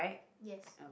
yes